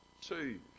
two